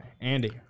Andy